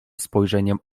spojrzeniem